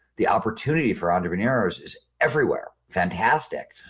the opportunity for entrepreneurs is everywhere, fantastic,